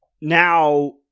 now